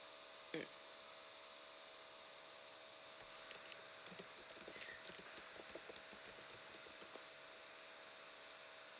mm